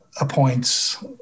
appoints